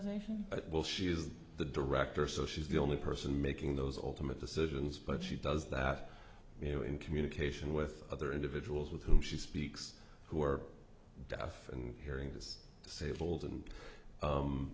at will she is the director so she's the only person making those ultimate decisions but she does that you know in communication with other individuals with whom she speaks who are deaf and hearing is disabled and